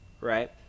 right